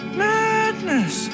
madness